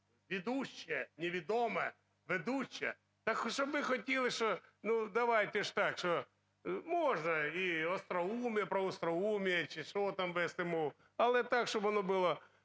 жведущая – не ведомая, ведуча, так, щоб ми хотіли, що, ну, давайте ж так, що можна і остроумие, про остроумие чи що там вести мову, але так, щоб воно було